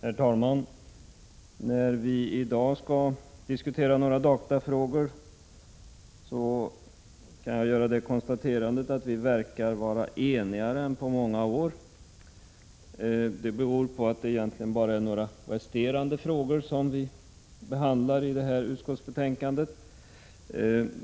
Herr talman! När vi i dag skall diskutera några datafrågor, kan jag göra det konstaterandet att vi verkar vara mera eniga än på många år. Det beror på att det egentligen bara är några resterande frågor som behandlas i det här utskottsbetänkandet.